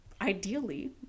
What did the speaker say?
Ideally